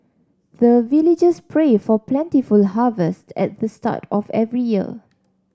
the villagers pray for plentiful harvest at the start of every year